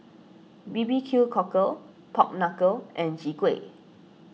B B Q Cockle Pork Knuckle and Chwee Kueh